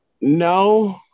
No